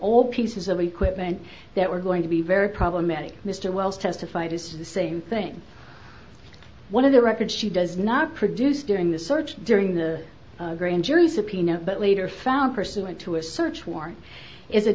all pieces of equipment that were going to be very problematic mr wells testified as to the same thing one of the records she does not produce during the search during the grand jury subpoena but later found pursuant to a search warrant is a